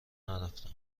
نرفتم